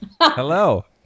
Hello